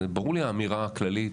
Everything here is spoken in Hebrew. ברורה לי האמירה הכללית,